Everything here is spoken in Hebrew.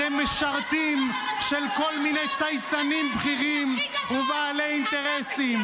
אתם משרתים של כל מיני צייצנים בכירים ובעלי אינטרסים.